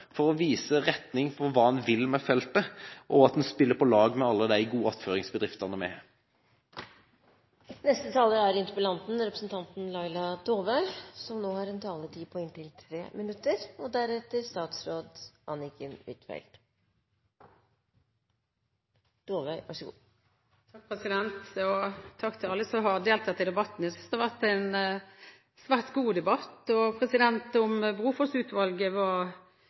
for å vise retning for hva en vil med feltet, og at den spiller på lag med alle de gode attføringsbedriftene vi har. Takk til alle som har deltatt i debatten. Jeg synes det har vært en svært god debatt, og om Brofoss-utvalget var